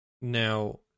now